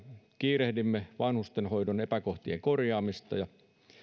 kiirehdimme vanhustenhoidon epäkohtien korjaamista